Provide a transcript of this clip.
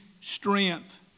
strength